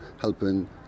helping